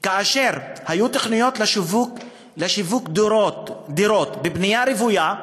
כאשר היו תוכניות לשיווק דירות בבנייה רוויה,